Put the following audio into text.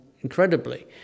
incredibly